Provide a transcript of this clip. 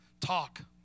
talk